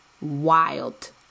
wild